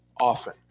often